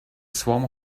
swarm